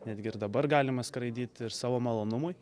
netgi ir dabar galima skraidyt ir savo malonumui